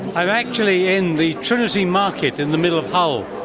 i'm actually in the trinity market in the middle of hull,